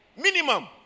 Minimum